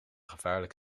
gevaarlijk